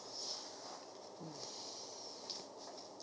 mm